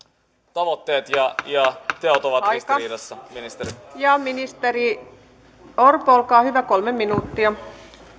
tavoitteet ja teot ovat ristiriidassa ministeri ja ministeri orpo olkaa hyvä kolme minuuttia